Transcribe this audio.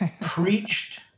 preached